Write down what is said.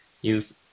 use